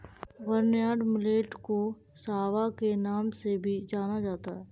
barnyard millet को सांवा के नाम से भी जाना जाता है